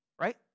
right